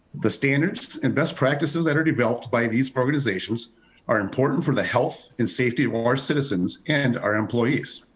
the standards and best practices that are developed by these organizations are important for the health and safety of ah our citizens and our employees.